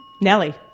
Nellie